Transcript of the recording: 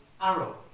arrow